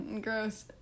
Gross